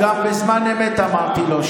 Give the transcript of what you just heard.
גם בזמן אמת אמרתי לו,